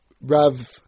Rav